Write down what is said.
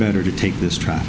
better to take this tr